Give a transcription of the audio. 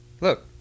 Look